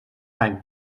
any